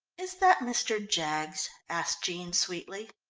is that mr. jaggs? asked jean sweetly.